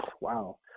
wow